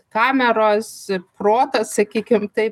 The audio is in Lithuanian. kameros protas sakykim taip